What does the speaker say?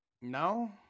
No